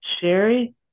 Sherry